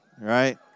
right